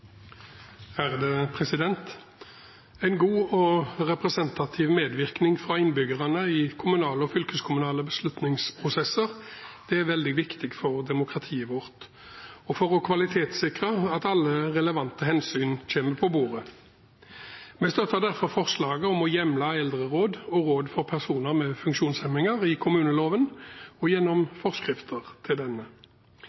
refererte til. En god og representativ medvirkning fra innbyggerne i kommunale og fylkeskommunale beslutningsprosesser er veldig viktig for demokratiet vårt og for å kvalitetssikre at alle relevante hensyn kommer på bordet. Vi støtter derfor forslaget om å hjemle eldreråd og råd for personer med funksjonshemninger i kommuneloven og gjennom